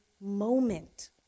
moment